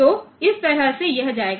तो इस तरह से यह जाएगा